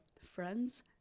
friends